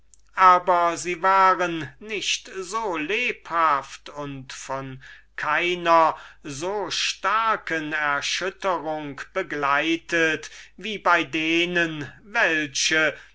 aber sie waren nicht so lebhaft und von keiner so starken erschütterung begleitet wie bei denjenigen welche